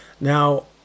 Now